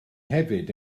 hefyd